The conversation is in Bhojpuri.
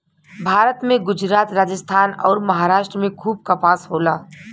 भारत में गुजरात, राजस्थान अउर, महाराष्ट्र में खूब कपास होला